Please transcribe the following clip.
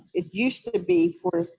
it used to be for